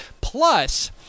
Plus